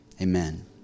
Amen